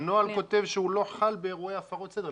הנוהל כותב שהוא לא חל באירועי הפרות סדר,